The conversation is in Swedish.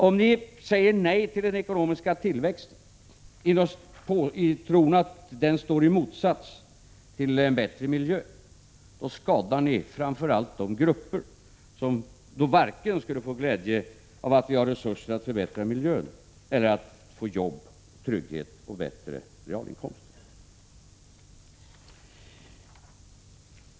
Om ni säger nej till den ekonomiska tillväxten i tron att den står i motsats till en bättre miljö, då skadar ni framför allt de grupper som varken skulle få glädje av att vi har resurser för att förbättra miljön eller resurser för att ge människor jobb, trygghet och högre realinkomster.